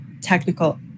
technical